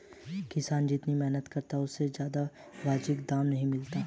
किसान जितनी मेहनत करता है उसे उसका वाजिब दाम नहीं मिलता है